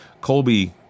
Colby